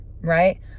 right